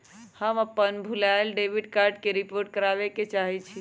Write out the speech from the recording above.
हम अपन भूलायल डेबिट कार्ड के रिपोर्ट करावे के चाहई छी